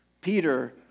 Peter